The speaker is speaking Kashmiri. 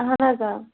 اَہَن حظ آ